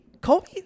Kobe